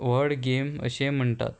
व्हड गेम अशें म्हणटात